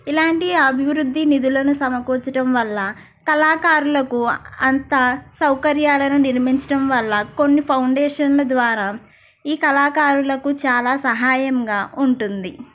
ఇలాంటి అభివృద్ధి నిధులను సమకూర్చడం వల్ల కళాకారులకు అంత సౌకర్యాలను నిర్మించడం వల్ల కొన్ని ఫౌండేషన్ల ద్వారా ఈ కళాకారులకు చాలా సహాయంగా ఉంటుంది